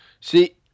See